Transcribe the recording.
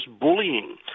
bullying